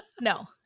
No